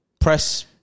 press